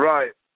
Right